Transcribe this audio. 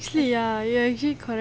actually ya actually correct